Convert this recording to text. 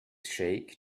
sheikh